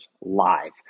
live